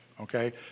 okay